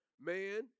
man